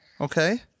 okay